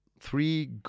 three